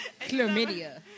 Chlamydia